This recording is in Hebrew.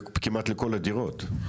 כמעט לכל הדירות,